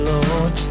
Lord